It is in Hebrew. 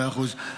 מאה אחוז.